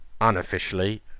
Unofficially